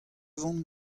vont